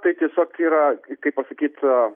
tai tiesiog yra kaip pasakyt